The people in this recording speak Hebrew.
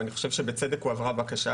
ואני חושב שבצדק הועברה בקשה,